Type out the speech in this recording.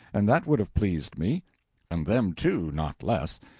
and that would have pleased me and them, too, not less.